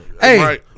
Hey